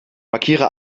markiere